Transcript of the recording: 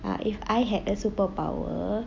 ah if I had a superpower